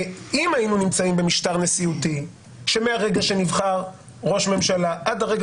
אם היינו נמצאים במשטר נשיאותי שמהרגע שנבחר ראש ממשלה עד הרגע